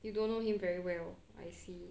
you don't know him very well I see